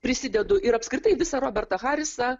prisidedu ir apskritai visą robertą harisą